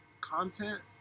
content